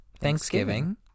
Thanksgiving